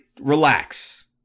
relax